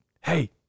Hey